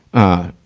ah,